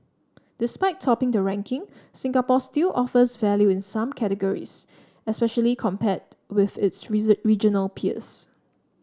despite topping the ranking Singapore still offers value in some categories especially compared with its regional peers